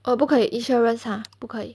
err 不可以 insurance !huh! 不可以